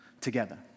together